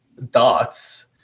dots